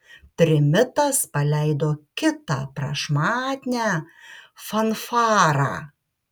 trimitas paleido kitą prašmatnią fanfarą